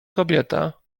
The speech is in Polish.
kobieta